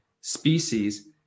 species